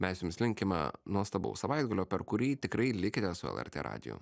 mes jums linkime nuostabaus savaitgalio per kurį tikrai likite su lrt radiju